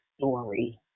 story